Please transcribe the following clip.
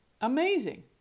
Amazing